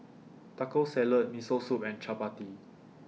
Taco Salad Miso Soup and Chapati